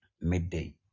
midday